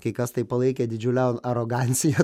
kai kas tai palaikė didžiule arogancija